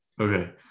Okay